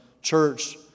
Church